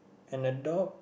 and the dog